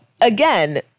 again